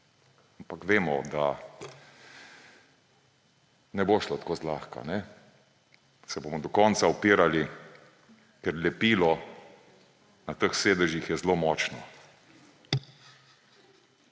ampak vemo, da ne bo šlo tako zlahka. Se bomo do konca upirali, ker lepilo na teh sedežih je zelo močno.